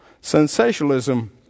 sensationalism